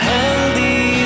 Healthy